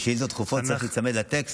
בשאילתות דחופות צריך להיצמד לטקסט.